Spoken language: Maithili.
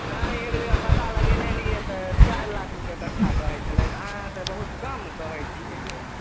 नहि एक जगह पता लगेने रहियै तऽ चारि लाख रुपैए कट्ठा कहै छलै तऽ आहाँ तऽ बहुत कम कहै छियै यौ